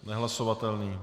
Nehlasovatelný.